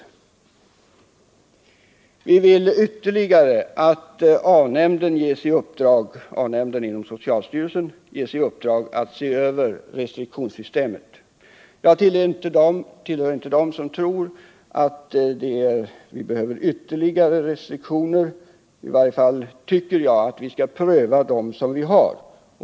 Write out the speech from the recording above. Vi vill också att A-nämnden inom socialstyrelsen skall ges i uppdrag att se över restriktionssystemet. Jag tillhör inte dem som tror att vi behöver ytterligare restriktioner. I varje fall tycker jag att vi först skall pröva dem som vi har.